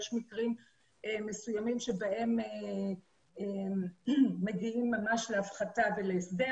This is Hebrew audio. יש מקרים מסוימים שבהם מגיעים ממש להפחתה ולהסדר.